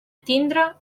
tindre